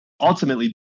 ultimately